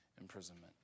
imprisonment